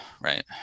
right